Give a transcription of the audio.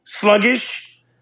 sluggish